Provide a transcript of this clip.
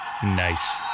Nice